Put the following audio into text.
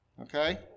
Okay